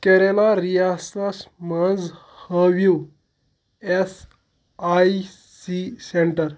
کیریالہ رِیاستس مَنٛز ہٲوِو ایس آیۍ سی سینٹر